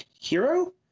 hero